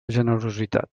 generositat